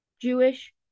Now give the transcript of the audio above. Jewish